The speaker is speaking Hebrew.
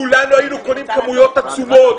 כולנו היינו קונים כמויות עצומות.